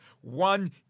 one